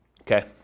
Okay